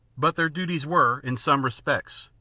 but their duties were, in some respects,